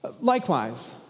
Likewise